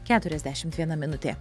keturiasdešimt viena minutė